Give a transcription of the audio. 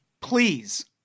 Please